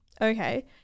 Okay